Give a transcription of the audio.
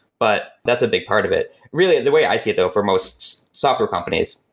but that's a big part of it really, the way i see it though for most software companies,